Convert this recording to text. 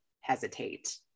hesitate